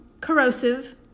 corrosive